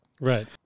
Right